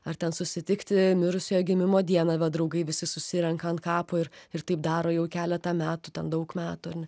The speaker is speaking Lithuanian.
ar ten susitikti mirusiojo gimimo dieną va draugai visi susirenka ant kapo ir ir taip daro jau keletą metų ten daug metų ar ne